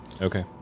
Okay